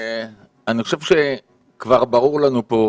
אני חושב שכבר ברור לנו פה,